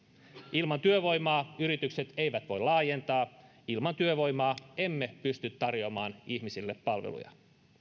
ilman työvoimaa yritykset eivät voi laajentaa ilman työvoimaa emme pysty tarjoamaan ihmisille palveluja